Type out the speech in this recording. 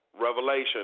revelation